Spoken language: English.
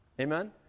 Amen